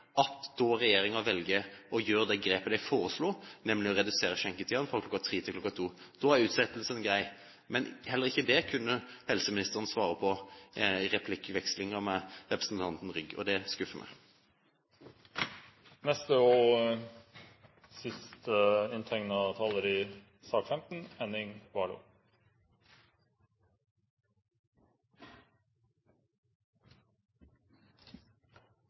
regjeringen da velger å gjøre det grepet den foreslo, nemlig å redusere skjenketiden fra kl. 03 til kl. 02. Da er utsettelsen grei. Men heller ikke det kunne helseministeren svare på i replikkvekslingen med representanten Rygg, og det skuffer meg. Jeg tilhører dem i